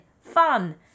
fun